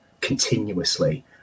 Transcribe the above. continuously